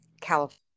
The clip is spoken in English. California